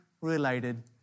related